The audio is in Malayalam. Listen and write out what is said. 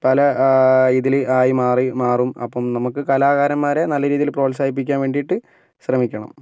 പല ഇതിൽ ആയി മാറി മാറും അപ്പം നമുക്ക് കലാകാരന്മാരെ നല്ല രീതിയിൽ പ്രോത്സാഹിപ്പിക്കാൻ വേണ്ടിയിട്ട് ശ്രമിക്കണം